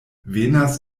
venas